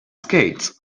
skates